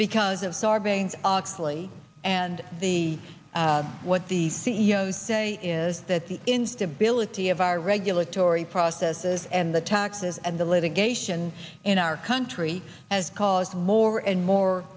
because of sarbanes oxley and the what the c e o s say is that the instability of our regulatory processes and the taxes and the litigation in our country has caused more and more